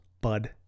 bud